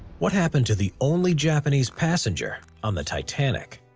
what happened to the only japanese passenger on the titanic?